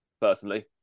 Personally